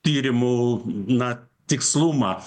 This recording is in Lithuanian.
tyrimų na tikslumą